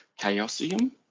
chaosium